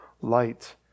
light